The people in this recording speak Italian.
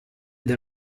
del